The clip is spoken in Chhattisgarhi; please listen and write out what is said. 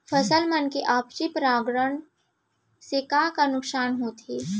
फसल मन के आपसी परागण से का का नुकसान होथे?